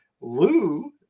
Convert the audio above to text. Lou